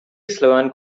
sloane